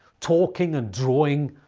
talking and drawing,